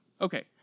Okay